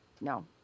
No